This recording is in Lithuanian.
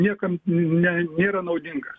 niekam ne nėra naudinga